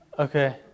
Okay